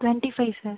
twenty five sir